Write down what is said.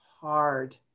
hard